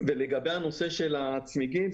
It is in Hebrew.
לגבי הנושא של הצמיגים,